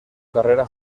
carrera